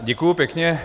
Děkuji pěkně.